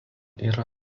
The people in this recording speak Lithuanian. yra